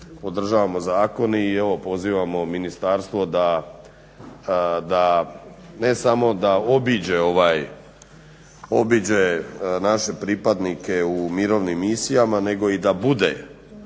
Podržavamo zakon i evo pozivamo ministarstvo da, ne samo da obiđe naše pripadnike u mirovnim misijama, nego i da bude